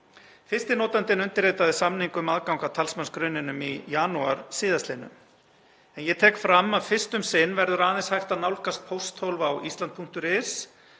Fyrsti notandinn undirritaði samning um aðgang að talsmannsgrunninum í janúar síðastliðnum. En ég tek fram að fyrst um sinn verður aðeins hægt að nálgast pósthólf á island.is